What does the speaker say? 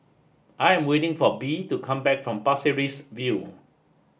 I am waiting for Bee to come back from Pasir Ris View